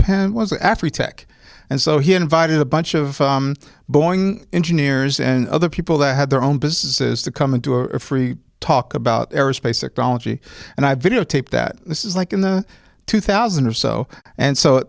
was after tech and so he invited a bunch of boeing engineers and other people that had their own businesses to come into a free talk about aerospace ecology and i videotaped that this is like in the two thousand or so and so